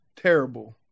terrible